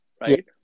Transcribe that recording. right